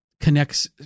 connects